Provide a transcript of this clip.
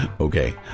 Okay